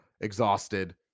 exhausted